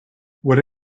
would